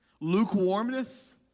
lukewarmness